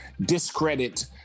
discredit